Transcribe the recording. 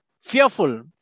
fearful